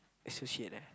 associate eh